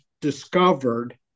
discovered